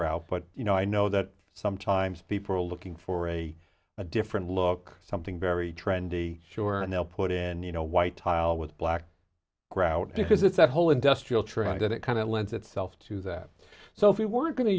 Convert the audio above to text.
route but you know i know that some dimes people are looking for a a different look something very trendy sure and they'll put in you know white tile with black grout because it's that whole industrial try that it kind of lends itself to that so if we were going to